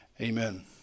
amen